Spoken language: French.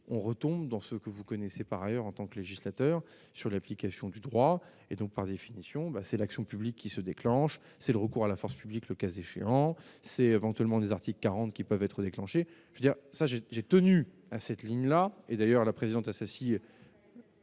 on retombe dans ce que vous connaissez par ailleurs en tant que législateur sur l'application du droit et donc, par définition, ben c'est l'action publique qui se déclenche, c'est le recours à la force publique, le cas échéant, c'est éventuellement des articles 40 qui peuvent être déclenchées, je veux dire, ça j'ai j'ai tenu à cette ligne-là et d'ailleurs la présidente Assassi.